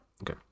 Okay